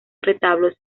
retablos